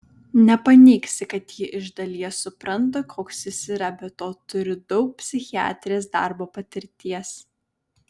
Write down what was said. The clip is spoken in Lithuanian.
nepaneigsi kad ji iš dalies supranta koks jis yra be to turi daug psichiatrės darbo patirties